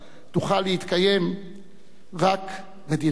תוכל להתקיים רק מדינה אחת.